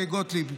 גוטליב,